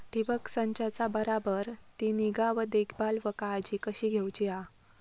ठिबक संचाचा बराबर ती निगा व देखभाल व काळजी कशी घेऊची हा?